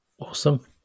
Awesome